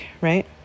Right